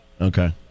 Okay